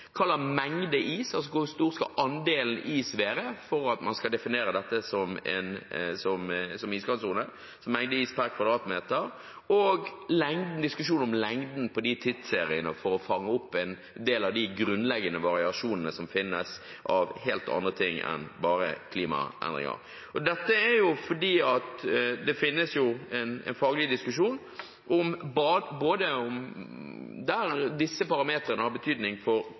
mengde is – hvor stor skal andelen is være for at man skal definere dette som iskantsone, mengde is per kvadratmeter, og diskusjonen om lengden på de tidsseriene for å fange opp en del av de grunnleggende variasjonene som finnes av helt andre årsaker enn bare klimaendringer. Dette er fordi det finnes en faglig diskusjon både om der disse parameterne har betydning for